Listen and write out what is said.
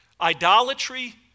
Idolatry